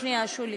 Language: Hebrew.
שנייה, שולי.